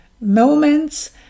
moments